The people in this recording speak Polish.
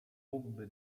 mógłby